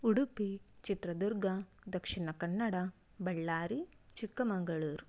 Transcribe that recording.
Udupi Chitradurga Dakshina Kannada Ballari Chikkamagaluru